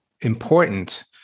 important